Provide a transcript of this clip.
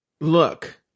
Look